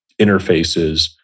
interfaces